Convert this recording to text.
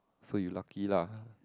so you lucky lah